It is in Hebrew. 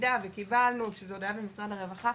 למה זאת היא שדובר על הקפאה?